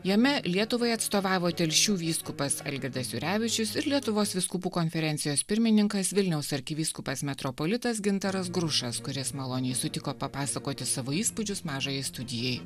jame lietuvai atstovavo telšių vyskupas algirdas jurevičius ir lietuvos vyskupų konferencijos pirmininkas vilniaus arkivyskupas metropolitas gintaras grušas kuris maloniai sutiko papasakoti savo įspūdžius mažajai studijai